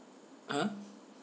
ah